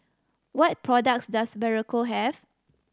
what products does Berocca have